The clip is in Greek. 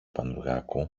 πανουργάκου